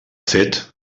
fet